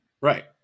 Right